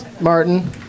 Martin